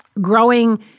growing